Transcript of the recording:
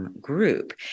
group